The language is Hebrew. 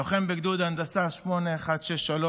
לוחם בגדוד הנדסה 8163,